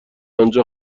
آنجا